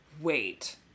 Wait